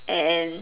and